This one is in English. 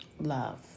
Love